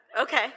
Okay